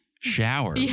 shower